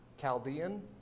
Chaldean